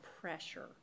pressure